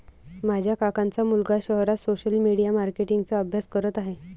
माझ्या काकांचा मुलगा शहरात सोशल मीडिया मार्केटिंग चा अभ्यास करत आहे